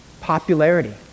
popularity